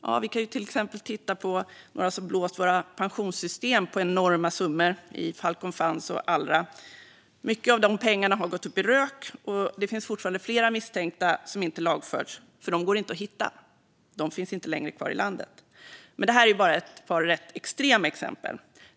Ja, vi kan ju till exempel titta på några som blåst våra pensionssystem på enorma summor i Falcon Funds och Allra. Mycket av de pengarna har gått upp i rök, och det finns fortfarande flera misstänkta som inte har lagförts, för de går inte att hitta. De finns inte längre kvar i landet. Men det här är ju bara ett par rätt extrema exempel.